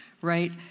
right